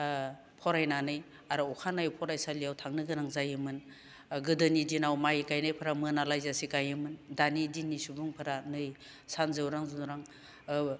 फरायनानै आरो अखानायै फरायसालियाव थांनो गोनां जायोमोन गोदोनि दिनाव माइ गायनायफोरा मोनालायजासे गायोमोन दानि दिननि सुबुंफोरा नै सान जौरां जौरां